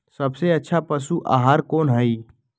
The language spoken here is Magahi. सबसे अच्छा पशु आहार कोन हई?